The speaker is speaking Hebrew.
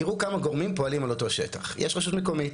תראו כמה גורמים פועלים על אותו שטח: יש רשות מקומית,